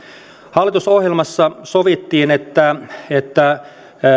hallitusohjelmassa sovittiin että että